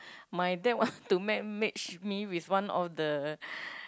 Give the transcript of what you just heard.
my dad want to make match me with one of the